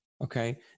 okay